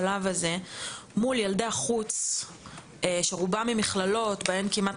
מול ילדי החוץ שרובם ממכללות בהם כמעט